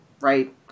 right